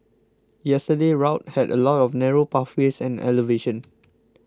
yesterday's route had a lot of narrow pathways and elevation